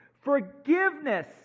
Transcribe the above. Forgiveness